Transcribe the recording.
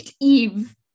Eve